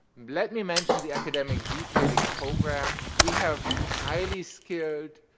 let me mention the academic detailing program. we have highly skilled,